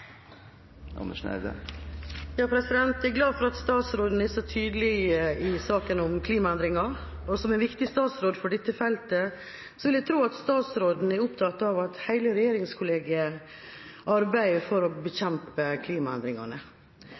glad for at statsråden er så tydelig i saken om klimaendringer, og som en viktig statsråd for dette feltet vil jeg tro at statsråden er opptatt av at hele regjeringskollegiet arbeider for å bekjempe klimaendringene.